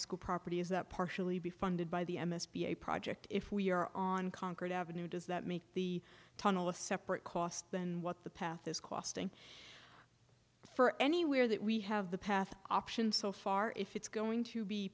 school property is that partially be funded by the m s b a project if we are on concord ave does that make the tunnel a separate cost than what the path is costing for anywhere that we have the path option so far if it's going to be